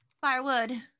Firewood